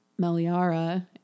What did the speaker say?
Meliara